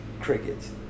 crickets